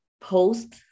post